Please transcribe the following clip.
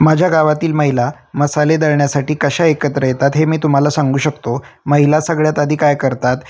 माझ्या गावातील महिला मसाले दळण्यासाठी कशा एकत्र येतात हे मी तुम्हाला सांगू शकतो महिला सगळ्यात आधी काय करतात